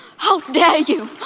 how dare you